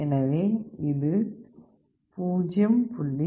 எனவே இது 0